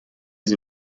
sie